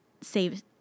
save